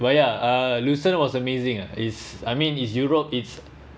but ya uh luxem was amazing ah is I mean is europe it’s